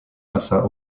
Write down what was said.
massa